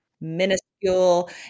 minuscule